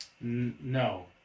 No